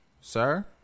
sir